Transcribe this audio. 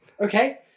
Okay